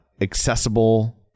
accessible